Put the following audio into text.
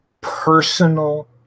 personal